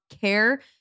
care